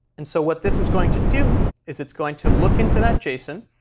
and so what this is going to do is it's going to look into that json,